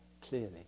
clearly